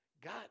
God